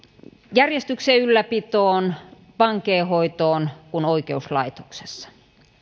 järjestyksen ylläpitoon vankeinhoitoon kuin oikeuslaitokseen